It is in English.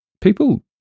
people